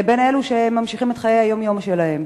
לבין אלו שממשיכים את חיי היום-יום שלהם.